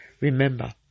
Remember